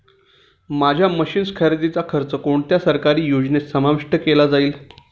माझ्या मशीन्स खरेदीचा खर्च कोणत्या सरकारी योजनेत समाविष्ट केला जाईल?